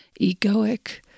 egoic